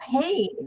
pain